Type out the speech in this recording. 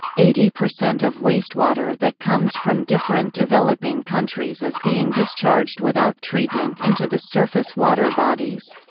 eighty percent of wastewater that comes from different developing countries is being discharged without treatment into the surface water bodies.